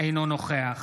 אינו נוכח